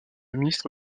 ministre